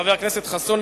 חבר הכנסת חסון,